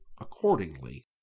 accordingly